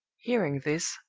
hearing this,